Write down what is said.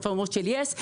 פלטפורמות של יס,